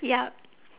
yup